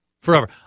forever